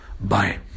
Bye